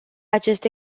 acest